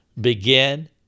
Begin